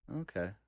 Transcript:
Okay